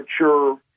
mature